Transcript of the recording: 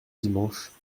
dimanche